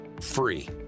free